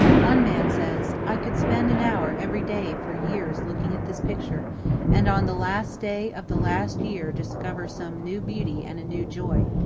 one man says, i could spend an hour every day for years looking at this picture and on the last day of the last year discover some new beauty and a new joy.